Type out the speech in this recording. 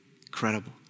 Incredible